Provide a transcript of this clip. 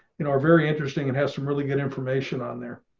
you know, are very interesting and has some really good information on there.